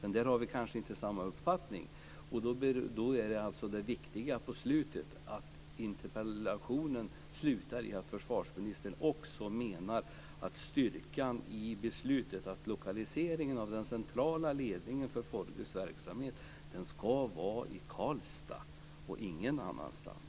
Då är det alltså viktigt att interpellationssvaret slutar med att försvarsministern också menar att styrkan i beslutet är att lokaliseringen av den centrala ledningen för Forgus verksamhet ska vara i Karlstad och ingen annanstans.